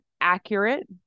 accurate